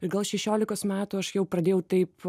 ir gal šešiolikos metų aš jau pradėjau taip